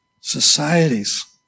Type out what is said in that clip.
societies